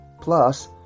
Plus